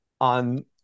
on